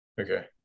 Okay